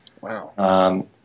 Wow